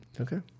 Okay